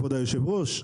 כבוד היושב ראש,